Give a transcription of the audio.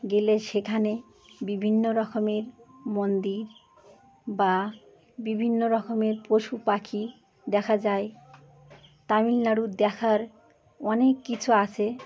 গেলে সেখানে বিভিন্ন রকমের মন্দির বা বিভিন্ন রকমের পশু পাখি দেখা যায় তামিলনাড়ুতে দেখার অনেক কিছু আছে